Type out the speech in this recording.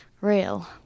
real